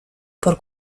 por